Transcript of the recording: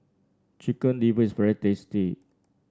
Chicken Liver is very tasty